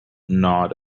gnawed